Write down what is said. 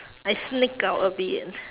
I sneak out a bit